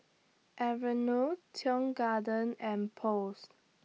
Aveeno Tong Garden and Post